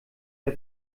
der